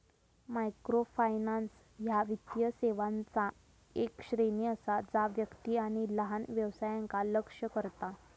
microfinance ह्या वित्तीय सेवांचा येक श्रेणी असा जा व्यक्ती आणि लहान व्यवसायांका लक्ष्य करता